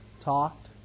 Talked